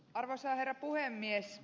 arvoisa herra puhemies